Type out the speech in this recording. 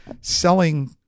selling